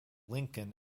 lincoln